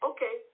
Okay